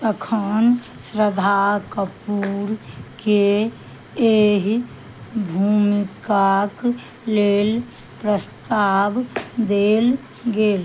तखन श्रद्धा कपूरके एहि भूमिकाक लेल प्रस्ताव देल गेल